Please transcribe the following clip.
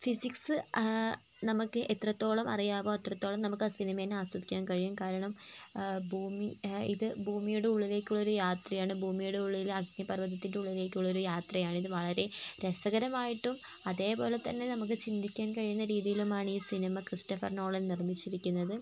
physics നമുക്ക് എത്രത്തോളം അറിയാമോ അത്രത്തോളം നമുക്കാ സിനിമ ആസ്വദിക്കാന് കഴിയും കാരണം ഭൂമി ഇത് ഭൂമിയുടെ ഉള്ളിലേക്കുള്ളൊരു യാത്രയാണ് ഭൂമിയുടെയുള്ളില് അഗ്നിപർവ്വതത്തിൻ്റെ ഉള്ളിലേക്കുള്ളൊരു യാത്രയാണിത് വളരെ രസകരമായിട്ടും അതേപോലെ തന്നെ നമുക്ക് ചിന്തിക്കാൻ കഴിയുന്ന രീതിയിലുമാണ് ഈ സിനിമ ക്രിസ്റ്റഫർ നോളൻ നിർമ്മിച്ചിരിക്കുന്നത്